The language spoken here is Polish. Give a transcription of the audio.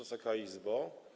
Wysoka Izbo!